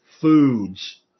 foods